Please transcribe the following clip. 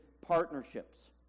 partnerships